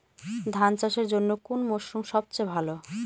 ধান চাষের জন্যে কোন মরশুম সবচেয়ে ভালো?